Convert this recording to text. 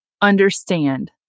understand